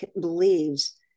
believes